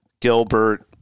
Gilbert